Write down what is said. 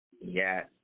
Yes